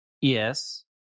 yes